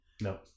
No